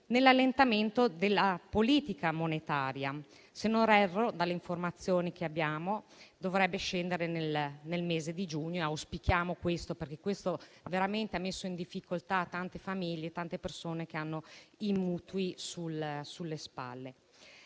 nell'allentamento della politica monetaria che, se non erro, dalle informazioni che abbiamo, dovrebbe avvenire nel mese di giugno. Noi lo auspichiamo perché ciò ha veramente messo in difficoltà tante famiglie e tante persone che hanno i mutui sulle spalle.